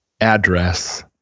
address